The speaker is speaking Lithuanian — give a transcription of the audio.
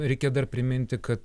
reikia dar priminti kad